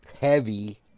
heavy